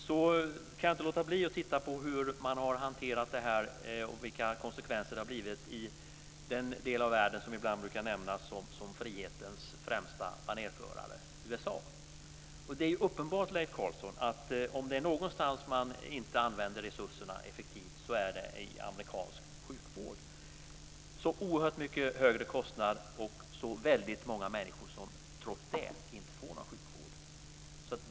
Jag kan inte låta bli att titta på hur man har hanterat detta och vilka konsekvenser det har blivit i den del av världen som ibland brukar nämnas som frihetens främsta banerförare, USA. Om det är någonstans man inte använder resurserna effektivt så är det i amerikansk sjukvård. Det är uppenbart, Leif Carlson. Det är så oerhört mycket högre kostnad och så väldigt många människor som trots det inte får någon sjukvård.